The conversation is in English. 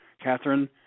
Catherine